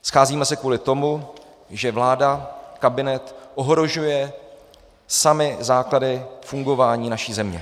Scházíme se kvůli tomu, že vláda, kabinet ohrožuje samy základy fungování naší země.